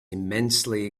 immensely